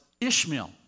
Ishmael